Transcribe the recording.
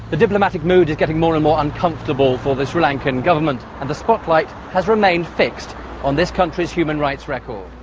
the diplomatic mood is getting more and more uncomfortable for the sri lankan government, and the spotlight has remained fixed on this country's human rights record.